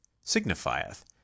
signifieth